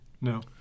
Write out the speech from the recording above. No